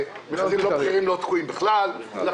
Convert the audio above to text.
תוכנית שמטרתה לא לקלוט --- על